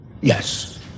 Yes